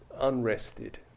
unrested